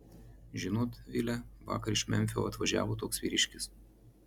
žinot vile vakar iš memfio atvažiavo toks vyriškis